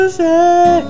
say